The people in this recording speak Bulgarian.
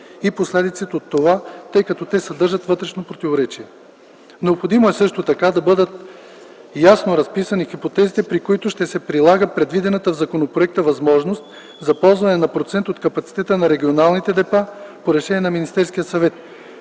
и последиците от това, тъй като те съдържат вътрешно противоречие. Необходимо е също така ясно да бъдат разписани хипотезите, при които ще се прилага предвидената в законопроекта възможност за ползване на процент от капацитета на регионалните депа по решение на Министерския съвет,